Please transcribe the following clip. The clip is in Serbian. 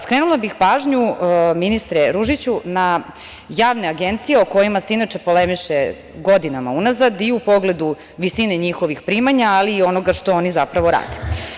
Skrenula bih pažnju, ministre Ružiću, na javne agencije o kojima se inače polemiše godinama unazad i u pogledu visine njihovih primanja, ali i onoga što oni zapravo rade.